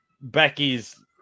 Becky's